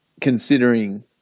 considering